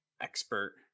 expert